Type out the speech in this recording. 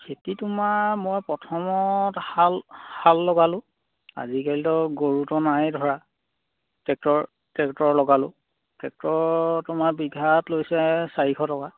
খেতি তোমাৰ মই প্ৰথমত শাল শাল লগালোঁ আজিকালিতো আৰু গৰুটো নায়ে ধৰা ট্ৰেক্টৰ ট্ৰেক্টৰ লগালোঁ ট্ৰেক্টৰ তোমাৰ বিঘাত লৈছে চাৰিশ টকা